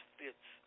fits